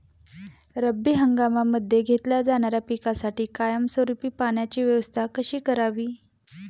रब्बी हंगामामध्ये घेतल्या जाणाऱ्या पिकांसाठी कायमस्वरूपी पाण्याची व्यवस्था कशी करावी?